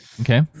Okay